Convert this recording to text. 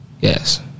Yes